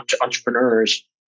entrepreneurs